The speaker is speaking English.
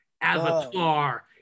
Avatar